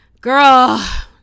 girl